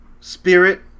spirit